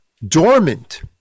dormant